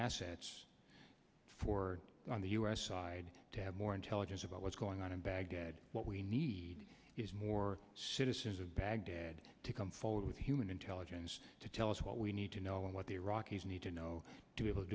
assets for on the u s side to have more intelligence about what's going on a bad what we need is more citizens of baghdad to come forward with human intelligence to tell us what we need to know and what the iraqis need to know to be able to